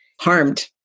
harmed